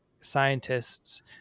scientists